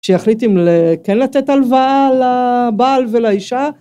כשיחליטים אם כן לתת הלוואה לבעל ולאישה.